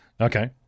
okay